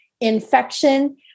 infection